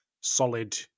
solid